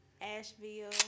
Asheville